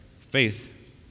faith